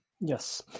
Yes